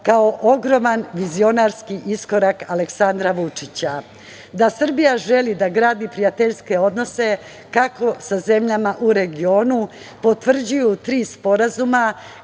kao ogroman vizionarski iskorak Aleksandra Vučića. Da Srbija želi da gradi prijateljske odnose kako sa zemljama u regionu potvrđuju tri sporazuma